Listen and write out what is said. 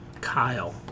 Kyle